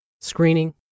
screening